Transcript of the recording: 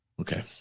Okay